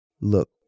Look